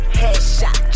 headshot